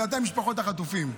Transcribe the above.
ואתן, משפחות החטופים,